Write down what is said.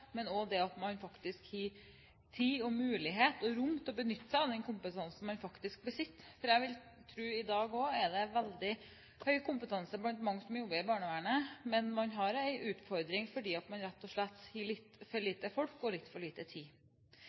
men også at man faktisk har tid, mulighet og rom til å benytte seg av den kompetansen som man faktisk besitter. For jeg vil tro at det også i dag er veldig høy kompetanse blant mange som jobber i barnevernet, men man har en utfordring fordi man rett og slett har litt for få folk og litt for liten tid.